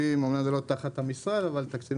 אמנם זה לא תחת המשרד אבל אפשר לראות את